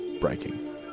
breaking